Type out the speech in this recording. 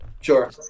Sure